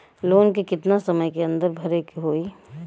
Loan के कितना समय के अंदर भरे के होई?